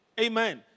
Amen